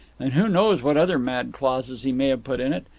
and who knows what other mad clauses he may have put in it.